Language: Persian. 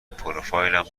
پروفایلم